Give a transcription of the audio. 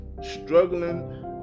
Struggling